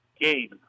game